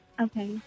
Okay